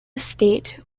state